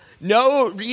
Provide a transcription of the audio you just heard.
No